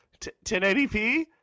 1080p